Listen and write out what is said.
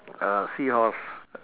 a seahorse